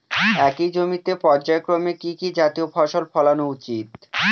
একই জমিতে পর্যায়ক্রমে কি কি জাতীয় ফসল ফলানো উচিৎ?